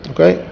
Okay